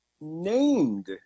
named